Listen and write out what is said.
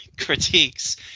critiques